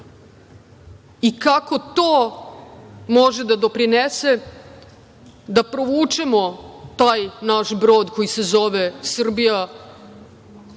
i kako to može da doprinese da provučemo taj naš brod koji se zove Srbija